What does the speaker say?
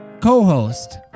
co-host